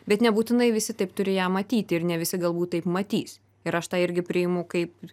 bet nebūtinai visi taip turi ją matyti ir ne visi galbūt taip matys ir aš tą irgi priimu kaip